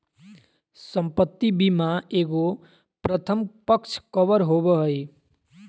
संपत्ति बीमा एगो प्रथम पक्ष कवर होबो हइ